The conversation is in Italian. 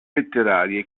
letterarie